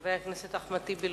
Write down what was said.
חבר הכנסת אחמד טיבי,